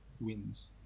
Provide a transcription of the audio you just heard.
wins